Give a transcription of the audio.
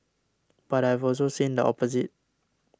but I've also seen the opposite